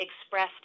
Expressed